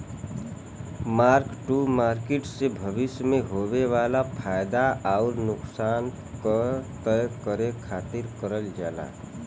mark to market से भविष्य में होये वाला फयदा आउर नुकसान क तय करे खातिर करल जाला